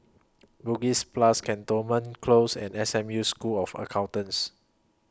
Bugis Plus Cantonment Close and S M U School of Accountants